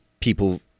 people